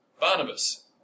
Barnabas